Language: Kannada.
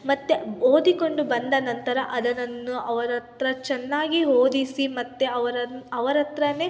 ಮತ್ತು ಓದಿಕೊಂಡು ಬಂದ ನಂತರ ಅದನ್ನು ಅವರ ಹತ್ರ ಚೆನ್ನಾಗಿ ಓದಿಸಿ ಮತ್ತು ಅವರನ್ನು ಅವರ ಹತ್ರನೇ